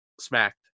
smacked